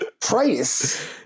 price